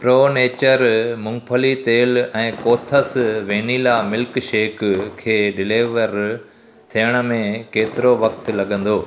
pro nature मूंगफली तेल ऐं कोथस वैनिला मिल्कशेक खे डिलीवर थियण में केतिरो वक़्तु लॻंदो